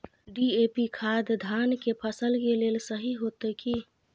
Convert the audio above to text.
DAP खाद धान के फसल के लेल सही होतय की?